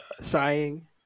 sighing